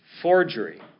forgery